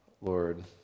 Lord